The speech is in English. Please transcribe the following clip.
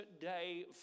day